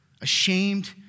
ashamed